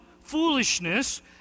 foolishness